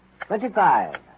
Twenty-five